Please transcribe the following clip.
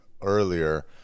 earlier